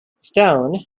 stone